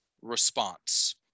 response